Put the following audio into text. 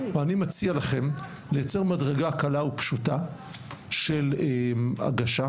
ואני מציע לכם לייצר מדרגה קלה ופשוטה של הגשה,